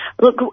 Look